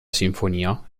sinfonia